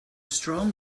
strong